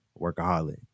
workaholic